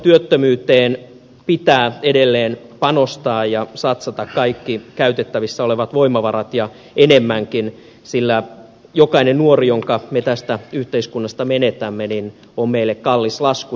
nuorisotyöttömyyteen pitää edelleen panostaa ja satsata kaikki käytettävissä olevat voimavarat ja enemmänkin sillä jokainen nuori jonka me tästä yhteiskunnasta menetämme on meille kallis lasku